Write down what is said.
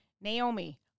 Naomi